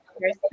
First